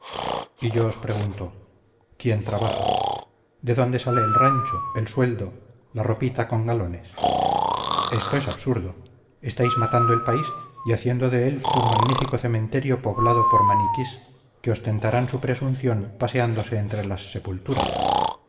y yo os pregunto quién trabaja de dónde sale el rancho el sueldo la ropita con galones esto es absurdo estáis matando el país y haciendo de él un magnífico cementerio poblado por maniquís que ostentarán su presunción paseándose entre las sepulturas